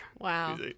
Wow